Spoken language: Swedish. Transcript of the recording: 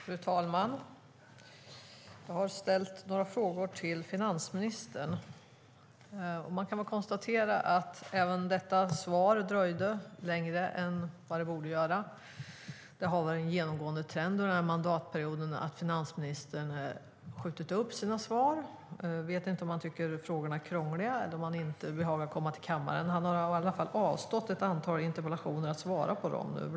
Fru talman! Jag har ställt några frågor till finansministern. Jag kan konstatera att även detta svar dröjde längre än vad det borde göra. Det har varit en genomgående trend under mandatperioden att finansministern har skjutit upp sina svar. Jag vet inte om han tycker att frågorna är krångliga eller om han inte behagar komma till kammaren. Han har i alla fall avstått från att besvara ett antal interpellationer.